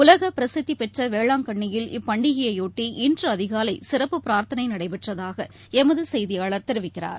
உலகபிரசித்திபெற்றவேளாங்கண்ணியில் இப்பண்டிகையொட்டி இன்றுஅதிகாலைசிறப்பு பிரார்த்தனைநடைபெற்றதாகளமதுசெய்தியாளர் தெரிவிக்கிறார்